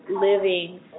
living